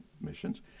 missions